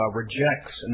rejects